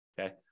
Okay